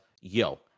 yo